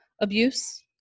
abuse